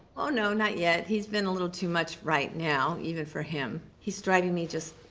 oh, no, not yet. he's been a little too much right now, even for him. he's driving me just,